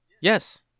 Yes